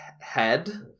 head